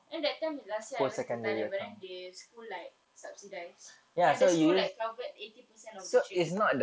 and that time last year I went to thailand but the school like subsidize and the school like covered eighty percent of the trips